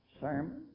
sermon